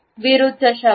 विरुद्ध शब्द